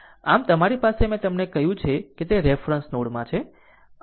આમ તમારી પાસે મેં તમને કહ્યું છે કે તે રેફરન્સ નોડ માં છે